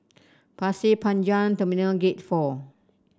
Pasir Panjang Terminal Gate Four